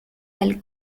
del